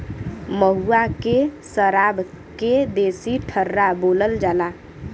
महुआ के सराब के देसी ठर्रा बोलल जाला